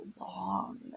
long